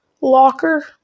locker